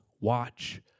watch